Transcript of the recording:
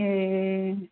ए